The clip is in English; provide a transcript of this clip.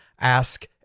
ask